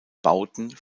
bauten